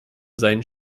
seinen